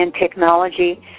technology